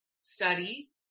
study